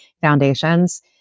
foundations